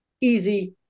easy